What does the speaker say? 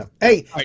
Hey